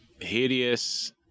hideous